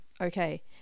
Okay